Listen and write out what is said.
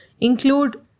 include